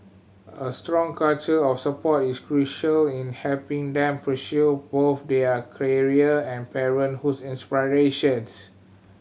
a strong culture of support is crucial in helping them pursue both their career and parenthood aspirations